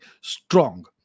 strong